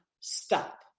stop